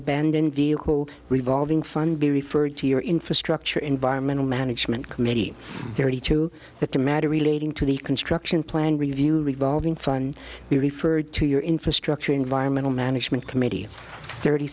abandoned vehicle revolving fund be referred to your infrastructure environmental management committee thirty two that the matter relating to the construction plan review revolving fund be referred to your infrastructure environmental management committee thirty